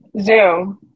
Zoom